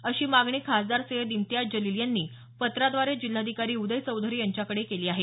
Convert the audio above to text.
अशी मागणी खासदार सय्यद इम्तियाज जलील यांनी पत्राद्वारे जिल्हाधिकारी उदय चौधरी यांच्याकडे केली आहे